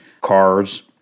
cars